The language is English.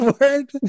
word